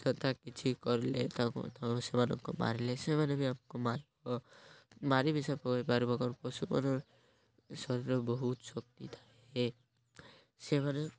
ଯଥା କିଛି କରିଲେ ତାଙ୍କୁ ତା ସେମାନଙ୍କୁ ମାରିଲେ ସେମାନେ ବି ଆମକୁ ମାରିବ ମାରି ପାରିବ କ'ଣ ପଶୁମାନେ ଶରୀର ବହୁତ ଶକ୍ତି ଥାଏ ସେମାନେ